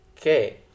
Okay